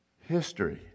History